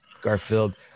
garfield